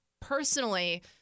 personally